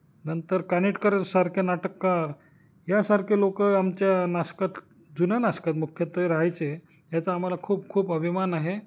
नंतर कानिटकर सारखे नाटककार यासारखे लोक आमच्या नासिकात जुन्या नाशकात मुख्यत्वे राहायचे याचा आम्हाला खूप खूप अभिमान आहे